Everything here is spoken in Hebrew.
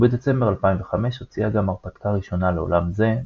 ובדצמבר 2005 הוציאה גם הרפתקה ראשונה לעולם זה,